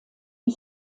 die